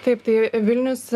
taip tai vilnius